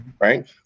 Right